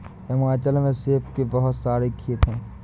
हिमाचल में सेब के बहुत सारे खेत हैं